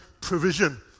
provision